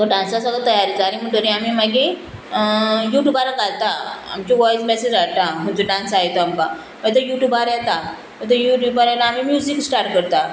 तो डांसा सोगलो तयारी जाली म्हूणटोरी आमी मागीर यूट्यूबार घालता आमचो वॉयस मॅसेज धाडटा हुंयचो डांस जाय तो आमकां मागीर तो यूट्यूबार येता म्हणटकीर यूट्यूबार घेवन आमी म्युजीक स्टार्ट करता